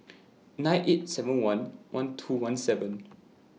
nine eight seven one one two one seven